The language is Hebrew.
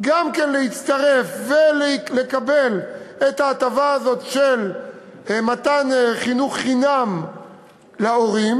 להצטרף ולקבל את ההטבה הזאת של מתן חינוך חינם להורים.